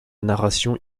narration